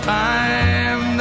time